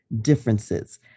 differences